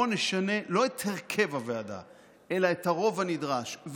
בואו לא נשנה את הרכב הוועדה אלא את הרוב הנדרש,